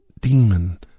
demon